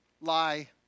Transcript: lie